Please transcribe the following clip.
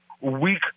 weak